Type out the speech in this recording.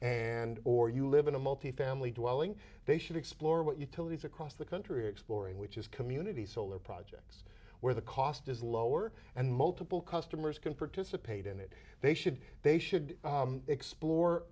and or you live in a multifamily dwelling they should explore what utilities across the country are exploring which is community solar projects where the cost is lower and multiple customers can participate in it they should they should explore